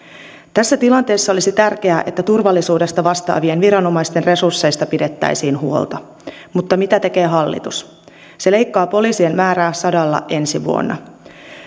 tässä tilanteessa olisi tärkeää että turvallisuudesta vastaavien viranomaisten resursseista pidettäisiin huolta mutta mitä tekee hallitus se leikkaa poliisien määrää sadalla ensi vuonna